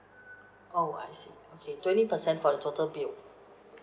oh I see okay twenty percent for the total bill